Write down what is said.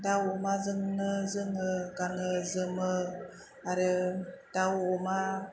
दाउ अमाजोंनो जोङो गानो जोमो आरो दाउ अमा